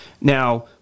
Now